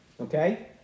Okay